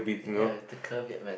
ya to